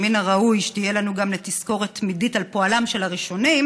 שמן הראוי שתהיה לנו גם לתזכורת תמידית על פועלם של הראשונים,